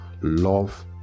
love